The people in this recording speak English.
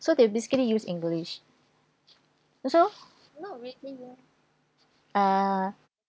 so they basically use english also ah